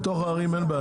בתוך הערים אין בעיה,